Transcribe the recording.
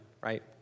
right